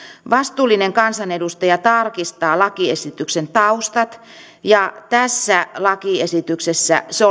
vastuullinen kansanedustaja tarkistaa lakiesityksen taustat ja tässä lakiesityksessä se